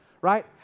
right